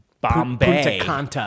Bombay